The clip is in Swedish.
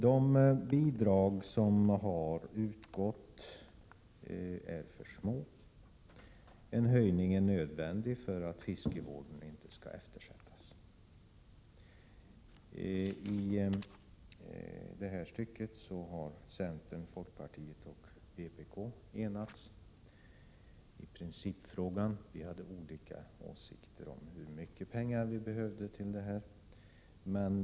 De bidrag som har utgått är för små, en höjning är nödvändig för att fiskevården inte skall eftersättas. På denna punkt har centern, folkpartiet och vpk enats i principfrågan, men vi hade olika åsikter om hur mycket pengar som behövs för detta ändamål.